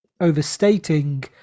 overstating